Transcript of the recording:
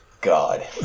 God